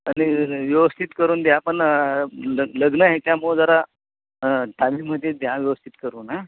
आणि व्यवस्थित करून द्या पण लग लग्न आहे त्याच्यामुळे जरा टायमिंगमध्ये द्या व्यवस्थित करून हां